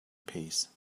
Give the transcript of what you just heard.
peace